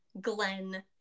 Glenn